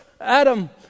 Adam